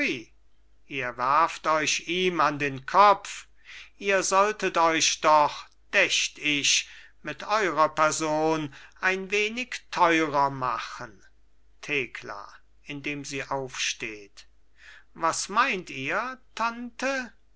ihr werft euch ihm an den kopf ihr solltet euch doch dächt ich mit eurer person ein wenig teurer machen thekla indem sie aufsteht was meint ihr tante